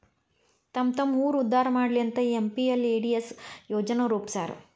ತಮ್ಮ್ತಮ್ಮ ಊರ್ ಉದ್ದಾರಾ ಮಾಡ್ಲಿ ಅಂತ ಎಂ.ಪಿ.ಎಲ್.ಎ.ಡಿ.ಎಸ್ ಯೋಜನಾ ರೂಪ್ಸ್ಯಾರ